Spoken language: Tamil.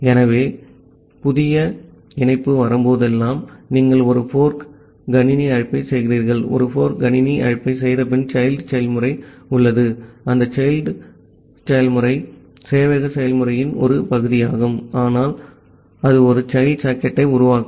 ஆகவே அதனால்தான் ஒரு புதிய இணைப்பு வரும்போதெல்லாம் நீங்கள் ஒரு fork கணினி அழைப்பைச் செய்கிறீர்கள் ஒரு fork கணினி அழைப்பைச் செய்தபின் child செயல்முறை உள்ளது அந்த child செயல்முறை சேவையக செயல்முறையின் ஒரு பகுதியாகும் ஆனால் அது அது ஒரு child சாக்கெட் உருவாக்க